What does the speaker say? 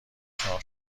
چاق